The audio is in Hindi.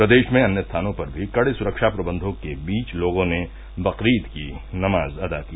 प्रदेश में अन्य स्थानों पर भी कड़े सुरक्षा प्रबंघों के बीच लोगों ने बकरीद की नमाज अदा की